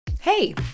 Hey